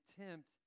attempt